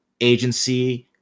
agency